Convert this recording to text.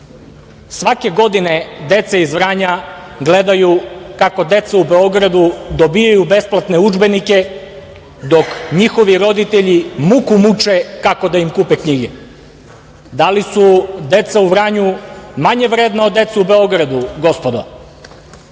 Svake godine deca iz Vranja gledaju kako deca u Beogradu dobijaju besplatne udžbenike dok njihovi roditelji muku muče kako da im kupe knjige. Da li su deca u Vranju manje vredna od dece u Beogradu, gospodo? Na